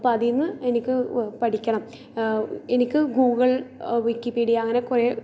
അപ്പം അതിൽ നിന്ന് എനിക്ക് പഠിക്കണം എനിക്ക് ഗൂഗിൾ വിക്കിപീഡിയ അങ്ങനെ കുറേ